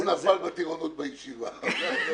אצלכם באוצר.